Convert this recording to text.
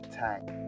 time